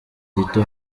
gito